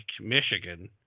Michigan